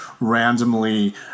randomly